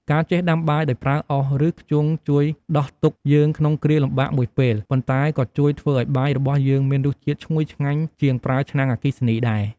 ការចេះដាំបាយដោយប្រើអុស ឬ ធ្យូងជួយដោះទុក្ខយើងក្នុងគ្រាលំបាកមួយពេល ប៉ុន្តែក៏ជួយធ្វើឱ្យបាយរបស់យើងមានរសជាតិឈ្ងុយឆ្ងាញ់ជាងប្រើឆ្នាំងអគ្គីសនីដែរ។